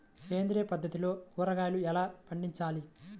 సేంద్రియ పద్ధతిలో కూరగాయలు ఎలా పండించాలి?